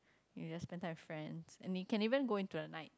you just spend time with friends and they can even go into the night